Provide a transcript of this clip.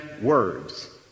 words